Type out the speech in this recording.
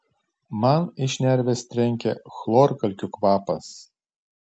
man į šnerves trenkia chlorkalkių kvapas